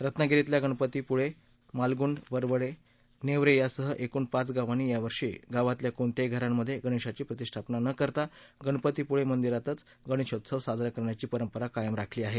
रत्नागिरीतल्या गणपतीपुळे मालगुंड वरवडे नेवरे यासह एकृण पाच गावांनी यावर्षीही गावातल्या कोणत्याही घरांमध्ये गणेशाची प्रतिष्ठापना न करता गणपतीपुळे मंदिरातच गणेशोत्सव साजरा करण्याची परंपरा कायम राखली आहे